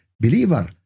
Believer